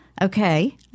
Okay